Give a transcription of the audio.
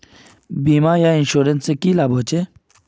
बीमा या इंश्योरेंस से की लाभ होचे?